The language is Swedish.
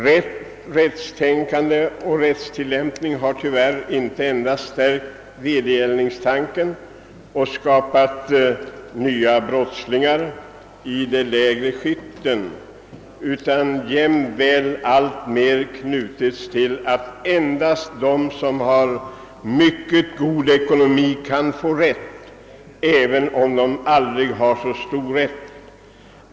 Rätten, rättstänkandet och rättstillämpningen har tyvärr inte endast stärkt vedergällningstanken och skapat nya brottslingar i de lägre skikten utan jämväl alltmera knutits till det förhållandet att endast de som har mycket god ekonomi kan få rätt, även om de har aldrig så orätt.